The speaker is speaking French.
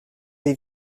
des